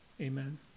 Amen